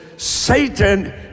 Satan